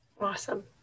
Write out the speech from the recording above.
Awesome